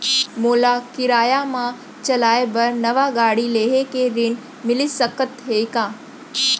मोला किराया मा चलाए बर नवा गाड़ी लेहे के ऋण मिलिस सकत हे का?